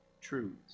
truths